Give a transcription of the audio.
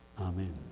Amen